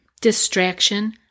Distraction